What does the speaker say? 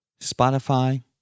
Spotify